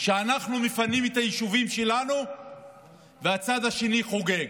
שבו אנחנו מפנים את היישובים שלנו והצד השני חוגג.